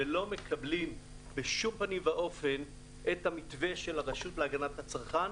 ואנחנו לא מקבלים בשום פנים ואופן את המתווה של הרשות להגנת הצרכן.